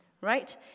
right